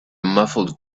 muffled